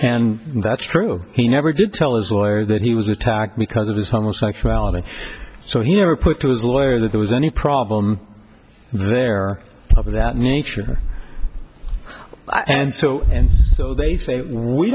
and that's true he never did tell his lawyer that he was attacked because of his homosexuality so here are put through his lawyer that there was any problem there of that nature and so and so they say we